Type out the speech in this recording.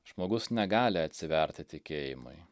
žmogus negali atsiverti tikėjimui